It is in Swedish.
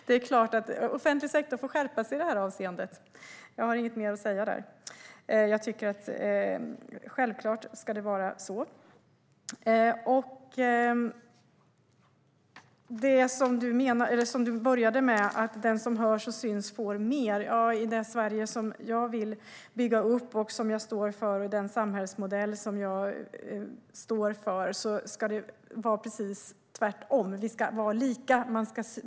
Det är klart att offentlig sektor får skärpa sig i det här avseendet. Jag har inget mer att säga i den frågan. Du började med att säga att den som hörs och syns får mer, Lotta Finstorp. I det Sverige som jag vill bygga upp och den samhällsmodell som jag står för ska det vara precis tvärtom. Det ska vara lika.